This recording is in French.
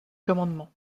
commandements